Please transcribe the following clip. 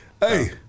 hey